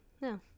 no